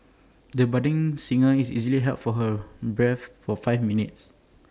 the budding singer easily held her breath for five minutes